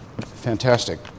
fantastic